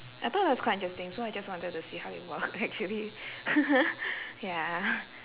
I thought it was quite interesting so I just wanted to see how it works actually ya